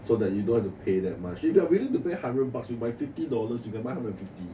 so that you don't have to pay that much if you are willing to pay a hundred bucks you my fifty dollars you can buy a hundred and fifty